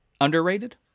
underrated